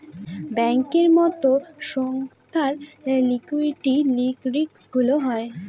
ব্যাঙ্কের মতো সংস্থার লিকুইডিটি রিস্কগুলোও হয়